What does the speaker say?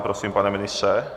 Prosím, pane ministře.